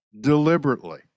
deliberately